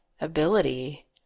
ability